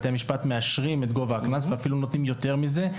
בתי המשפט מאשרים את גובה הקנס ואפילו נותנים יותר מזה,